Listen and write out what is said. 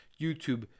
YouTube